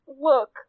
Look